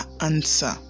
answer